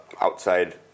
Outside